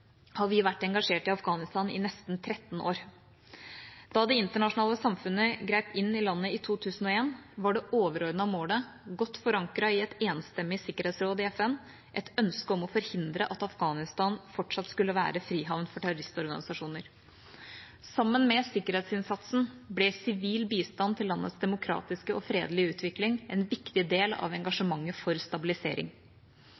har vi vært engasjert i Afghanistan i nesten 13 år. Da det internasjonale samfunnet grep inn i landet i 2001, var det overordnede målet godt forankret i et enstemmig sikkerhetsråd i FN. Det var et ønske om å forhindre at Afghanistan fortsatt skulle være frihavn for terroristorganisasjoner. Sammen med sikkerhetsinnsatsen ble sivil bistand til landets demokratiske og fredelige utvikling en viktig del av